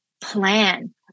plan